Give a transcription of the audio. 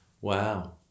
Wow